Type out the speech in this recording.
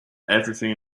everything